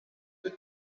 the